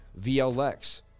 VLX